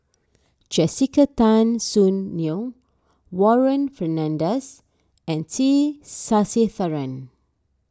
Jessica Tan Soon Neo Warren Fernandez and T Sasitharan